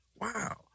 wow